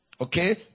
Okay